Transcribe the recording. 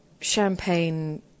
champagne